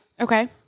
Okay